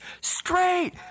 straight